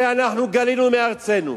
הרי אנחנו גלינו מארצנו.